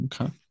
okay